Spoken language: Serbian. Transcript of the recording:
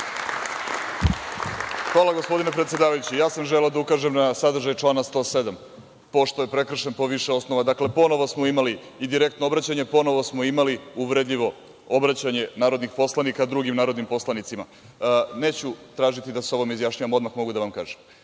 Hvala. Želeo sam da ukažem na sadržaj člana 107. pošto je prekršen po više osnova. Dakle, ponovo smo imali i direktno obraćanje. Ponovo smo imali uvredljivo obraćanje narodnih poslanika drugim narodnim poslanicima. Neću tražiti da se o ovome izjašnjavamo, odmah mogu da vam kažem.